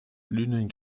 blühenden